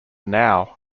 now